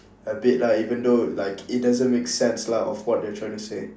a bit like even though like it doesn't make sense lah of what they're trying to say